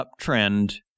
uptrend